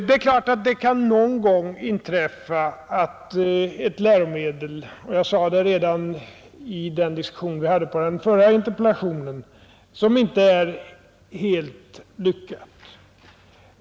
Det är klart att det någon gång kan inträffa att ett läromedel — och jag sade det redan i den diskussion vi hade efter det föregående interpellationssvaret — inte är helt lyckat.